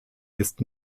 ist